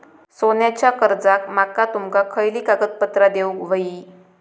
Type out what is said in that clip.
सोन्याच्या कर्जाक माका तुमका खयली कागदपत्रा देऊक व्हयी?